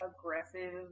aggressive